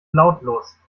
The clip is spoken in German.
lautlos